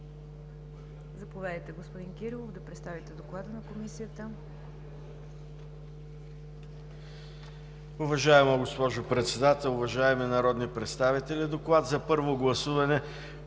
Заповядайте, господин Кирилов, за да представите доклада на Комисията.